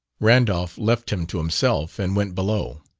randolph left him to himself and went below.